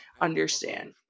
understand